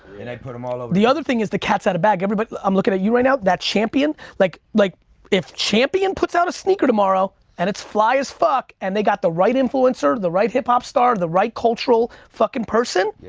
and they put em all over the other thing is the cat's outta bag. i'm looking at you right now. that champion, like like if champion puts out a sneaker tomorrow and it's fly as fuck and they got the right influencer, the right hip hop star, the right cultural fuckin' person, yeah